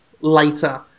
later